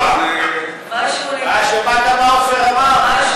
שמעת מה עפר אמר?